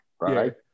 right